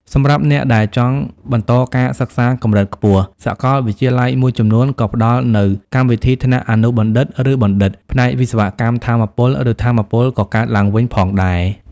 សម្រាប់អ្នកដែលចង់បន្តការសិក្សាកម្រិតខ្ពស់ សាកលវិទ្យាល័យមួយចំនួនក៏ផ្តល់នូវ កម្មវិធីថ្នាក់អនុបណ្ឌិត ឬបណ្ឌិត ផ្នែកវិស្វកម្មថាមពល ឬថាមពលកកើតឡើងវិញផងដែរ។